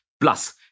Plus